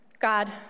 God